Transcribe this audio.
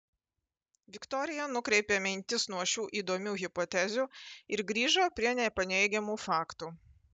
viktorija nukreipė mintis nuo šių įdomių hipotezių ir grįžo prie nepaneigiamų faktų